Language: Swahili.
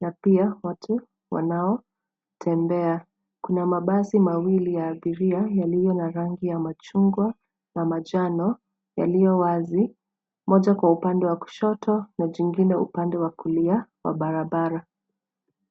na pia watu wanaotembea. Kuna mabasi mawili ya abiria yaliyo na rangi ya machungwa na manjano yaliyo wazi. Moja kwa upande wa kushoto na jingine upande wa kulia wa barabara.